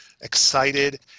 excited